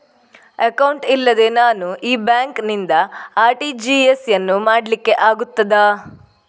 Account ಇಲ್ಲದೆ ನಾನು ಈ ಬ್ಯಾಂಕ್ ನಿಂದ ಆರ್.ಟಿ.ಜಿ.ಎಸ್ ಯನ್ನು ಮಾಡ್ಲಿಕೆ ಆಗುತ್ತದ?